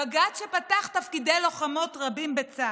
הבג"ץ שפתח תפקידי לוחמות רבים בצה"ל,